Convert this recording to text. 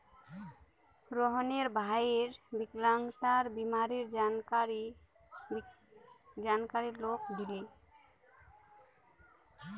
रोहनेर भईर विकलांगता बीमारीर बारे जानकारी लोगक दीले